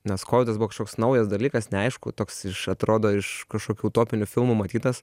nes kodas buvo kažkoks naujas dalykas neaišku toks iš atrodo iš kažkokių utopinių filmų matytas